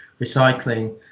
recycling